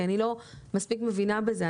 כי אני לא מספיק מבינה בזה,